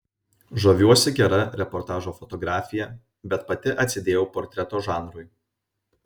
žaviuosi gera reportažo fotografija bet pati atsidėjau portreto žanrui